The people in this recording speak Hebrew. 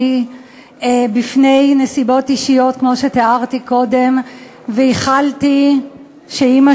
בפני נסיבות אישיות כמו שתיארתי קודם וייחלתי שאימא